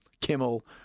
Kimmel